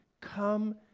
come